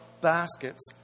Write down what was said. baskets